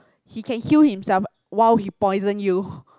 he can heal himself while he poison you